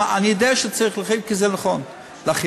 אני יודע שצריך להרחיב כי זה נכון להרחיב,